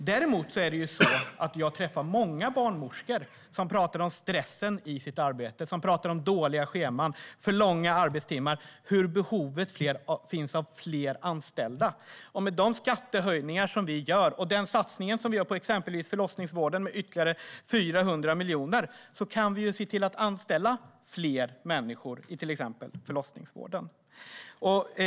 Däremot träffar jag många barnmorskor som talar om stressen i arbetet, dåliga scheman, för långa arbetspass och behovet av fler anställda. Med de skattehöjningar som vi vill genomföra och med vår satsning på exempelvis förlossningsvården, med ytterligare 400 miljoner, kan vi se till att anställa fler människor i till exempel förlossningsvården.